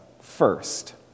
first